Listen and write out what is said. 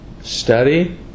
study